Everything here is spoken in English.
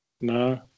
No